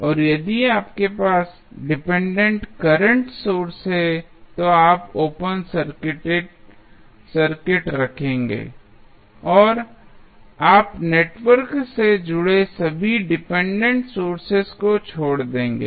और यदि आपके पास डिपेंडेंट करंट सोर्स है तो आप ओपन सर्किट रखेंगे और आप नेटवर्क से जुड़े सभी डिपेंडेंट सोर्सेज को छोड़ देंगे